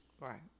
Right